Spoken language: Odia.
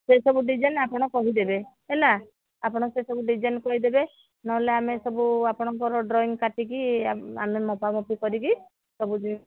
ସେଇ ସବୁ ଡିଜାଇନ୍ ଆପଣ କହିଦେବେ ହେଲା ଆପଣ ସେ ସବୁ ଡିଜାଇନ୍ କହି ଦେବେ ନ ହେଲେ ଆମେ ସବୁ ଆପଣଙ୍କର ଡ୍ରଇଁ କାଟିକି ଆମେ ମପାମପି କରିକି ସବୁ